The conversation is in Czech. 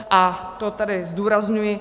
A to tady zdůrazňuji.